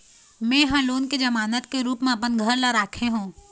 में ह लोन के जमानत के रूप म अपन घर ला राखे हों